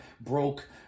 broke